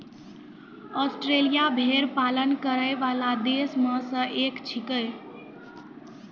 Australia भेड़ पालन करै वाला देश म सें एक छिकै